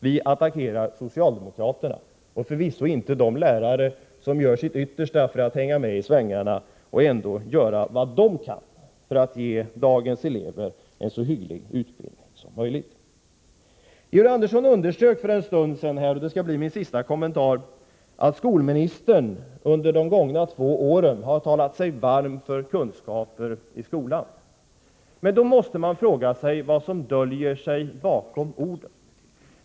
Vi attackerar socialdemokraterna, förvisso inte de lärare som gör sitt yttersta för att hänga med i svängarna och göra vad de kan för att ge dagens elever en så hygglig utbildning som möjligt. Georg Andersson underströk för en stund sedan — och detta skall bli min sista kommentar — att skolministern under de gångna två åren hade talat sig varm för kunskaper i skolan. Då måste man fråga sig vad som döljer sig bakom orden.